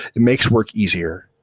it makes work easier.